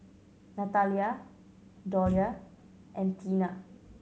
Natalya Dollye and Teena